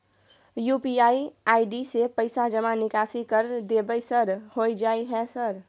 UPI ID से पैसा जमा निकासी कर देबै सर होय जाय है सर?